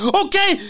okay